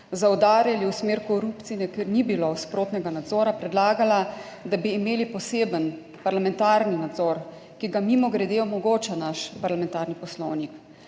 zaudarjali v smer korupcije, ker ni bilo sprotnega nadzora, predlagala, da bi imeli poseben parlamentarni nadzor, ki ga mimogrede omogoča naš parlamentarni poslovnik.